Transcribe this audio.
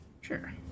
Sure